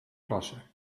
klasse